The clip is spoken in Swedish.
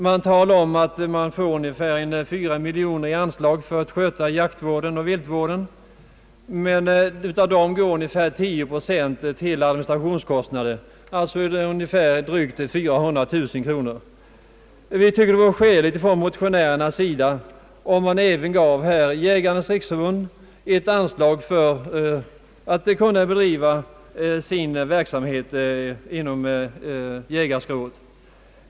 Där heter det, att man får ungefär 4 miljoner kronor i anslag för att sköta jaktvården och viltvården, men därifrån avgår ungefär 10 procent till administrationskostnader, alltså drygt 400 000 kronor. Vi motionärer tycker att det vore skäligt att även ge Jägarnas riksförbund ett anslag så att det kan bedriva sin verksamhet inom jägarskrået.